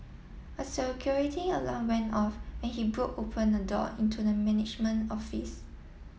a security alarm went off when he broke open a door into the management office